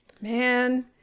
Man